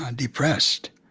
ah depressed.